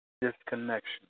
disconnection